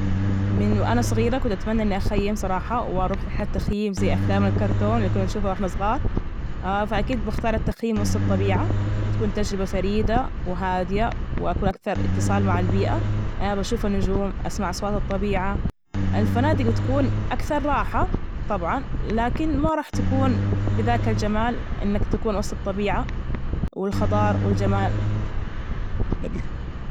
من وأنا صغيرة، كنت أتمنى إني أخيم صراحة، وأروح لحد تخييم زي أفلام الكرتون، ال كنا نشوفها وإحنا صغار، فأكيد بختار التخييم وسط الطبيعة بتكون تجربة فريدة وهادية وأكون أكثر إتصال مع البيئة، أنا بشوف النجوم أسمع أصوات الطبيعة، الفنادج بتكون أكثر راحة طبعا، لكن ما راح تكون بذاك الجمال إنك تكون وسط الطبيعة والخضار والجمال.